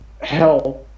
hell